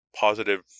positive